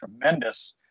tremendous